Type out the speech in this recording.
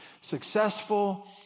successful